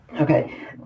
okay